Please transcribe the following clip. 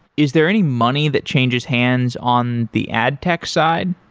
is there any money that changes hands on the ad tech side?